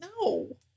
no